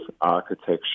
architecture